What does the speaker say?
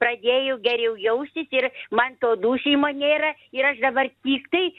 pradėjau geriau jaustis ir man to dūsymo nėra ir aš dabar tiktai